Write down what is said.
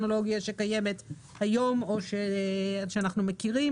טכנולוגיה שקיימת היום או שאנחנו מכירים.